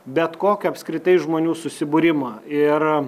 bet kokio apskritai žmonių susibūrimo ir